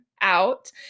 out